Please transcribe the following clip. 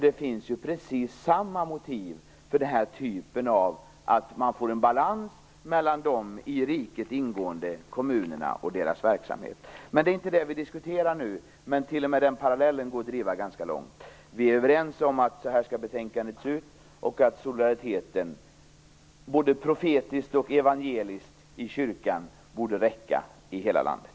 Det finns ju precis samma motiv för att få en balans mellan de i riket ingående kommunerna och deras verksamhet. Det är inte det vi diskuterar nu, men t.o.m. den parallellen kan drivas ganska långt. Vi är överens om att betänkandet skall se ut så här och att solidariteten, både profetiskt och evangeliskt i kyrkan, borde räcka i hela landet.